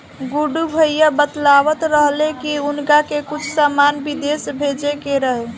गुड्डू भैया बतलावत रहले की उनका के कुछ सामान बिदेश भेजे के रहे